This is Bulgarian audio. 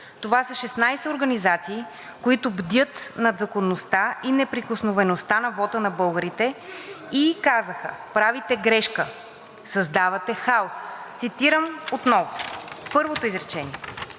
Това са 16 организации, които бдят над законността и неприкосновеността на вота на българите и казаха – правите грешка, създавате хаос. Цитирам отново, първото изречение: